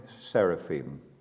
seraphim